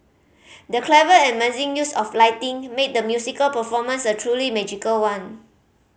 the clever and amazing use of lighting made the musical performance a truly magical one